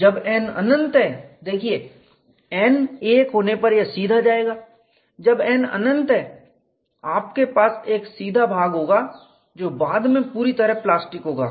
जब n अनंत है देखिए n 1 होने पर यह सीधा जाएगा जब n अनंत है आपके पास एक सीधा भाग होगा जो बाद में पूरी तरह प्लास्टिक होगा